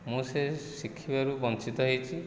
ମୁଁ ସେ ଶିଖିବାରୁ ବଞ୍ଚିତ ହେଇଛି